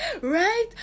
Right